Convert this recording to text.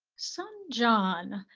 son john,